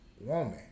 woman